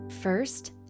First